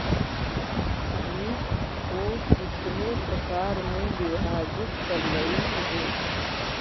वित्त को कितने प्रकार में विभाजित करलइ हे